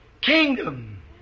kingdom